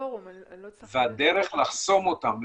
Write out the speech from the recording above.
הדרך לחסום אותם,